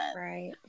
right